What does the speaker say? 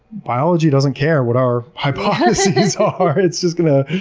biology doesn't care what our hypotheses ah are, it's just going to,